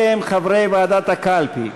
אלה הם חברי ועדת הקלפי: